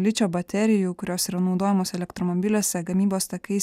ličio baterijų kurios yra naudojamos elektromobiliuose gamybos takais